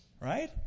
Right